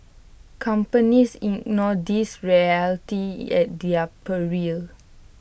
companies ignore these realities at their peril